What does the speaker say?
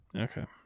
okay